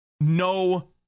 no